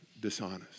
dishonest